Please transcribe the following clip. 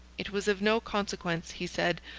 it was of no consequence, he said,